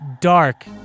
dark